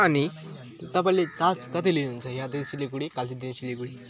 अनि तपाईँले चार्ज कति लिनुहुन्छ यहाँदेखि सिलिगुढी कालचिनीदेखि सिलिगुढी